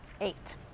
eight